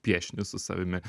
piešinius su savimi